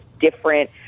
different